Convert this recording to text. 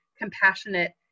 compassionate